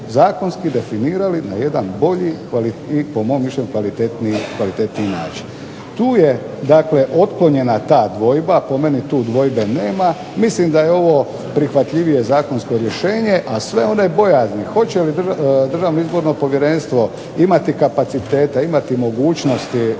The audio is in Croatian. zakonski definirali na jedan bolji i po mom mišljenju kvalitetniji način. Tu je dakle otklonjena ta dvojba, po meni tu dvojbe nema, mislim da je ovo prihvatljivije zakonsko rješenje, a sve one bojazni hoće li Državno izborno povjerenstvo imati kapacitete, imati mogućnosti